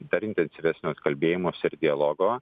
dar intensyvesnio kalbėjimosi ir dialogo